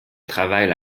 travaille